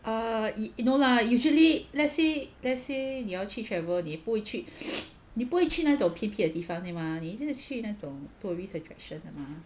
uh y~ you know lah usually let's say let's say 你要去 travel 你不去 你不会去那种偏僻的地方对吗你只是去那种 tourist attraction 的吗